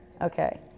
Okay